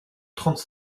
trente